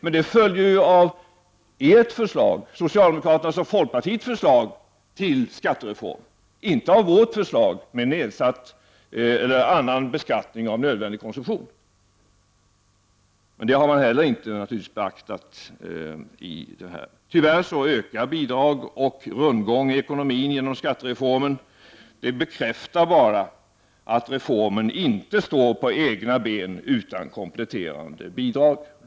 Men detta följer ju av ert förslag, socialdemokraternas och folkpartiets förslag, till skattereform, inte av vårt förslag med annan beskattning av nödvändig konsumtion. Det har man naturligtvis inte heller beaktat. Tyvärr ökar bidrag och rundgång i ekonomin genom skattereformen. Det bekräftar bara att reformen inte står på egna ben utan kompletterande bidrag.